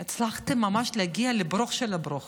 הצלחתם ממש להגיע לברוך של הברוך.